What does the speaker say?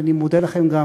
ואני מודה לכם גם